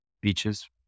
beaches